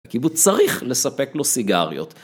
קיבוץ צריך לספק לו סיגריות.